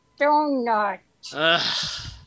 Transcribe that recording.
donut